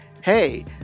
hey